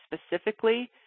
specifically